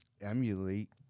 emulate